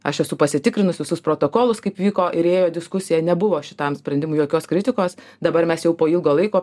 aš esu pasitikrinus visus protokolus kaip vyko ir ėjo diskusija nebuvo šitam sprendimui jokios kritikos dabar mes jau po ilgo laiko